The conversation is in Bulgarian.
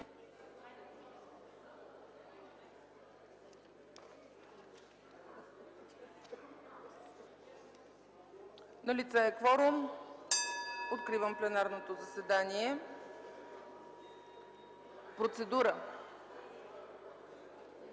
Налице е кворум. Откривам пленарното заседание. Процедура